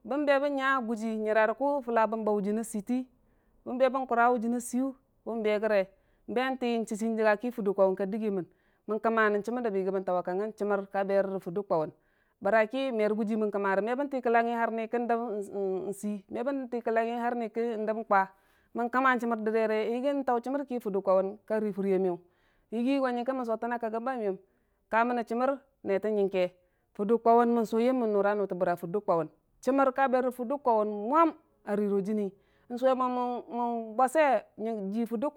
Bon baben niya gudri nyira fulaku nbauji nisiti ganghi bonbe ban kura we donna siyu bobe gore bunti chan chii jikga ki furde kwauwun ka dakgi mon mon kamma non chammar do ban yissi bontauwa kangangin chammar kabero furdo kwauwun baraki me dii mon kammari me bon tikdangi har niki bn'dam n'sei mebon dom kalangi ho- niki n'oom kwa man kamma chammar darere bangk tak chammarki furdo kwauwun kari kanya miyu baggi go nyongki mon sotona kagomba miyom ka monni chammar neere nyongke furdo kwaueun monsu yom man nura nure bara furdo kwawun chammar kabere ro furda kwauwun mwam a rero janni suwe ma man bwosujii furda kwawun.